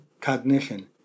cognition